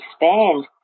expand